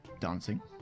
dancing